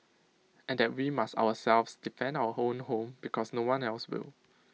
and that we must ourselves defend our own home because no one else will